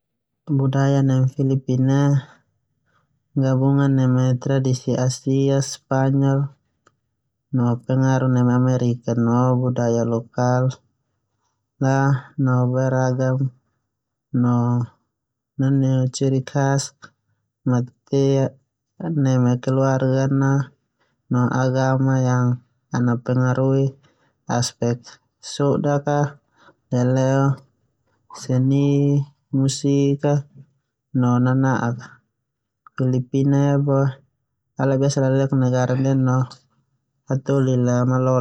Budaya neme Filipina ia perpaduan neme tradisi Asia, Spanyol no pengaruh Amerika no buday lokal a beragam nanu ciri khas matea neme keluarga no agama yang pengaruhi aspek sodak leleo seni, musik, no nana'ak. Filipina boe biasa lalelak negara ndia no keramahan Hataholi no kekeluargaan nai hataholi.